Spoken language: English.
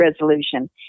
resolution